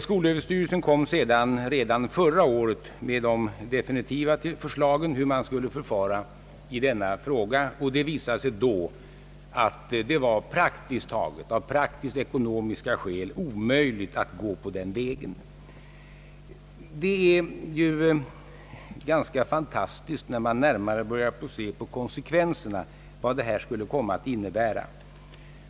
Skolöverstyrelsen lade redan förra året fram de definitiva förslagen om hur man skulle förfara i denna fråga, och det visade sig då att det av praktisk-ekonomiska skäl var omöjligt att gå på den vägen. När man börjar se närmare på konsekvenserna av en sådan anordning, finner man att de kan bli ganska fantastiska.